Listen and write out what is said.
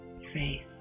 Faith